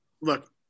look